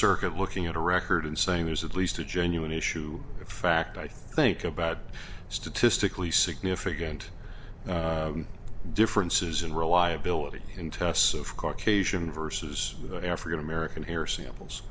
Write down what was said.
circuit looking at a record and saying there's at least a genuine issue of fact i think about statistically significant differences in reliability in tests of caucasian versus african american hair samples